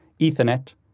ethernet